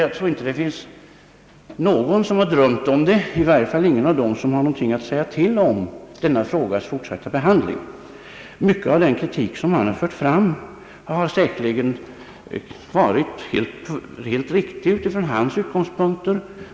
Jag tror inte det finns någon som har drömt om något sådant, i varje fall ingen av dem som har något att säga till om beträffande denna frågas fortsatta behandling. Mycket av den kritik som professor Alfvén har fört fram har säkerligen varit helt riktig utifrån hans utgångspunkter.